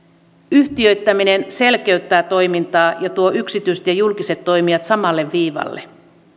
yhtiöittäminen selkeyttää toimintaa ja tuo yksityiset ja julkiset toimijat samalle viivalle